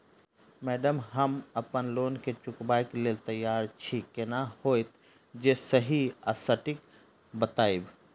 Madam हम अप्पन loan केँ चुकाबऽ लैल तैयार छी केना हएत जे सही आ सटिक बताइब?